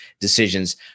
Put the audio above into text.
decisions